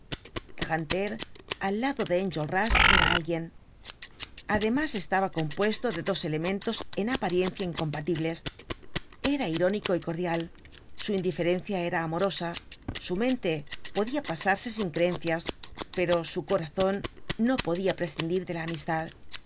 grantaire al lado de enjolras era alguien además es content from google book search generated at taba compuesto de dos elementos en apariencia incompatibles era irónico y cordial su indiferencia era amorosa su mente podia pasarse sin creencias pero su corazon no podia prescindir de la amistad